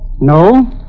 No